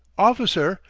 officer,